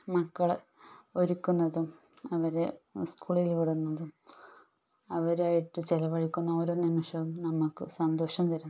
മക്കളെ ഒരുക്കുന്നതും അവരെ സ്കൂളിൽ വിടുന്നതും അവരായിട്ട് ചിലവഴിക്കുന്ന ഓരോ നിമിഷവും നമുക്ക് സന്തോഷം തരുന്നതാണ്